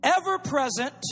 ever-present